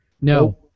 No